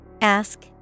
Ask